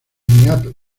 muy